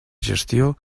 gestió